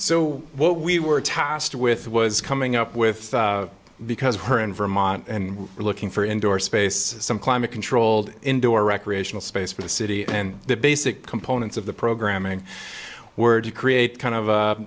so what we were tasked with was coming up with because of her in vermont and looking for indoor space some climate controlled indoor recreational space for the city and the basic components of the programming were to create kind of